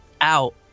out